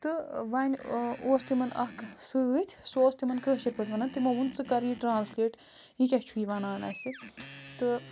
تہٕ وۄنۍ اوس تِمَن اَکھ سۭتۍ سُہ اوس تِمَن کٲشِرۍ پٲٹھۍ وَنان تِمو ووٚن ژٕ کَر یہِ ٹرٛانسلیٹ یہِ کیٛاہ چھُ یہِ وَنان اَسہِ تہٕ